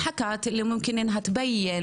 המדינה לבג"צ שהוגש אתמול,